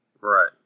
Right